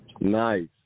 Nice